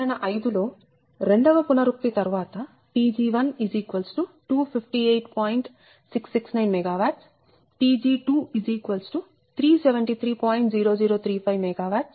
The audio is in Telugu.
ఉదాహరణ 5 లో రెండవ పునరుక్తి తరువాత Pg1 258